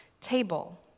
table